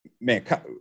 man